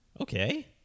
Okay